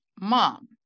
mom